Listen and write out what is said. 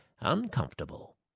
uncomfortable